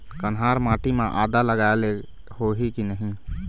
कन्हार माटी म आदा लगाए ले होही की नहीं?